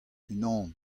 unan